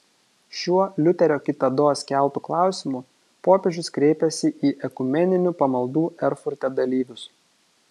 šiuo liuterio kitados keltu klausimu popiežius kreipėsi į ekumeninių pamaldų erfurte dalyvius